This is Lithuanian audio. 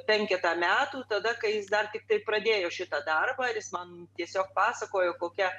penketą metų tada kai jis dar tiktai pradėjo šitą darbą ir jis man tiesiog pasakojo kokia